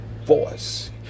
voice